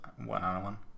one-on-one